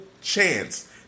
chance